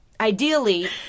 ideally